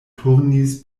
turnis